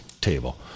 table